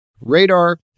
radar